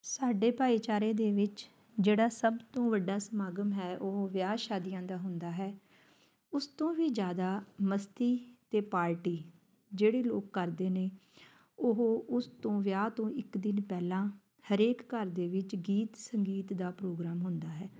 ਸਾਡੇ ਭਾਈਚਾਰੇ ਦੇ ਵਿੱਚ ਜਿਹੜਾ ਸਭ ਤੋਂ ਵੱਡਾ ਸਮਾਗਮ ਹੈ ਉਹ ਵਿਆਹ ਸ਼ਾਦੀਆਂ ਦਾ ਹੁੰਦਾ ਹੈ ਉਸ ਤੋਂ ਵੀ ਜ਼ਿਆਦਾ ਮਸਤੀ ਅਤੇ ਪਾਰਟੀ ਜਿਹੜੇ ਲੋਕ ਕਰਦੇ ਨੇ ਉਹ ਉਸ ਤੋਂ ਵਿਆਹ ਤੋਂ ਇੱਕ ਦਿਨ ਪਹਿਲਾਂ ਹਰੇਕ ਘਰ ਦੇ ਵਿੱਚ ਗੀਤ ਸੰਗੀਤ ਦਾ ਪ੍ਰੋਗਰਾਮ ਹੁੰਦਾ ਹੈ